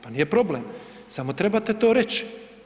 Pa nije problem, samo trebate to reći.